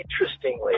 interestingly